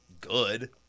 good